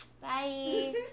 Bye